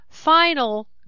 final